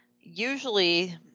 usually